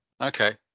Okay